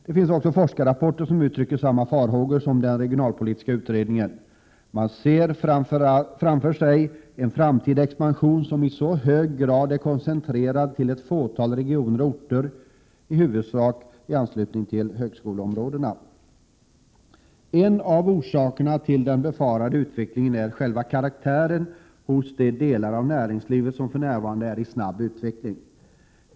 Det finns också forskarrapporter som uttrycker samma farhågor som den regionalpolitiska utredningen. Man ser framför sig en framtida expansion som i hög grad är koncentrerad till ett fåtal regioner och orter, i huvudsak i anslutning till högskoleområdena. En av orsakerna till den befarade utvecklingen är själva karaktären hos de delar av näringslivet som för närvarande är i snabb utveckling.